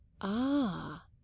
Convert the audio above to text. Ah